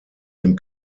dem